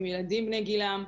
עם ילדים בני גילם,